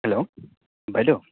hello বাইদেউ